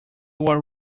were